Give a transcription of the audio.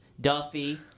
Duffy